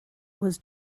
was